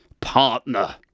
partner